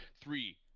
three